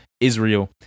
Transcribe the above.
Israel